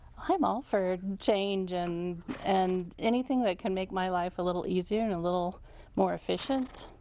i'm all for change and and anything that can make my life a little easier and a little more efficient.